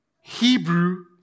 Hebrew